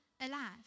alive